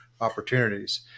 opportunities